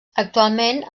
actualment